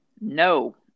No